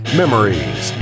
memories